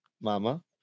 Mama